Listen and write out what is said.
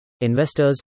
investors